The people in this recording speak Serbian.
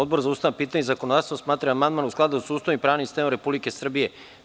Odbor za ustavna pitanja i zakonodavstvo smatra da je amandman u skladu sa Ustavom i pravnim sistemom Republike Srbije.